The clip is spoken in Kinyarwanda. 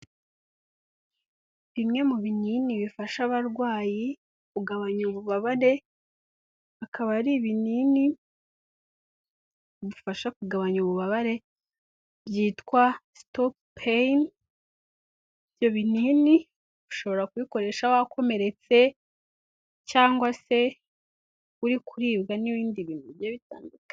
Bimwe mu binini bifasha abarwayi kugabanya ububabare, akaba ari ibinini bigufasha kugabanya ububabare byitwa stopain. Ibyo binini ushobora kubikoresha wakomeretse cyangwa se uri kuribwa n'ibindi bintu bigiye bitandukanye.